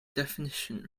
definition